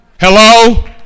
Hello